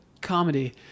comedy